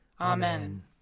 Amen